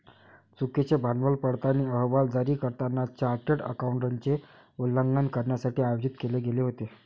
चुकीचे भांडवल पडताळणी अहवाल जारी करताना चार्टर्ड अकाउंटंटचे उल्लंघन करण्यासाठी आयोजित केले गेले होते